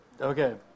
Okay